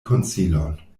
konsilon